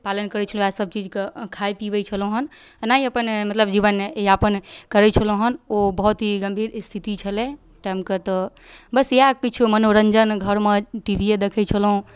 पालन करे छलहुँ इएह सब चीजक खाइ पीबै छलहुँ हन एनाही अपन मतलब यापन करै छलहुँ हन ओ बहुत ही गम्भीर स्थिति छलै ओइ टाइमके तऽ बस इएह किछु मनोरञ्जन घरमे टी वी ये देखै छलहुँ